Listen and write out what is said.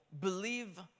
believe